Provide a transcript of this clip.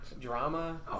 drama